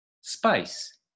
space